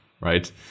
right